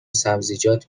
سبزیجات